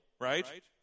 right